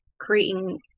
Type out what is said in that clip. creating